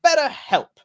BetterHelp